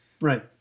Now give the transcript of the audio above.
Right